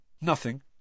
Nothing